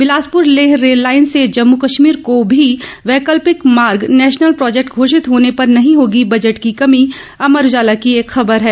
Bilaspur Leh rail line से जम्मू कश्मीर को भी वैकल्पिक मार्ग नेशनल प्रोजेक्ट घोषित होने पर नहीं होगी बजट की कमी अमर उजाला की एक खबर है